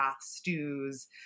stews